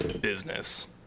Business